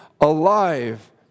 alive